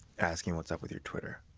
asking what's up with your twitter,